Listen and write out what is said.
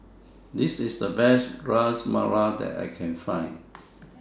This IS The Best Ras Malai that I Can Find